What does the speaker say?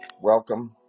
welcome